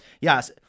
yes